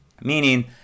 meaning